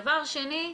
דבר שני,